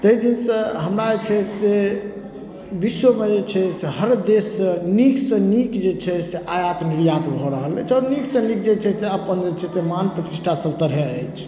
ताहि दिनसँ हमरा जे छै से बिश्वमे जे छै से हर देशसँ नीकसँ नीक जे छै से आयत निर्यात भऽ रहल अछि आओर नीकसँ नीक जे छै से अपन जे छै से मान प्रतिष्ठा सभ तरहे अछि